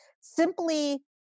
simply